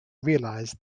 realised